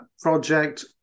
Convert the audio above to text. project